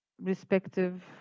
respective